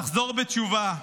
תחזור בתשובה,